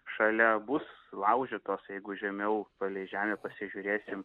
šalia bus laužytos jeigu žemiau palei žemę pasižiūrėsim